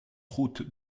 route